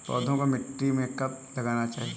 पौधों को मिट्टी में कब लगाना चाहिए?